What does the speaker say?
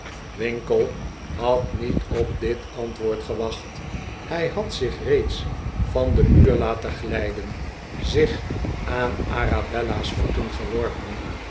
winkle had niet op dit antwoord gewacht hij had zich reeds van den muur laten glijden zich aan arabella's voeten gewofpen